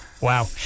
Wow